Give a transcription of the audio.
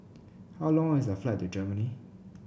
how long is the flight to Germany